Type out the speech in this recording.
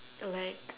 like